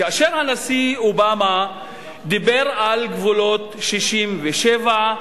כאשר הנשיא אובמה דיבר על גבולות 67',